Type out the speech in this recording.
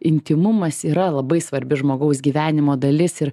intymumas yra labai svarbi žmogaus gyvenimo dalis ir